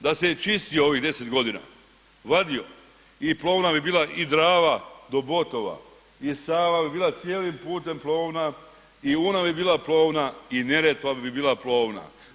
Da se je čistio ovih 10 godina, vadio i plovna bi bila i Drava do Botova i Sava bi bila cijelim putem plovna i Una bi bila plovna i Neretva bi bila plovna.